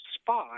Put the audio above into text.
spy